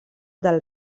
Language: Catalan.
del